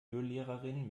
biolehrerin